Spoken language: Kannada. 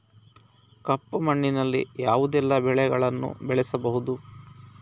ಕಪ್ಪು ಮಣ್ಣಿನಲ್ಲಿ ಯಾವುದೆಲ್ಲ ಬೆಳೆಗಳನ್ನು ಬೆಳೆಸಬಹುದು?